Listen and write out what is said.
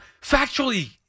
Factually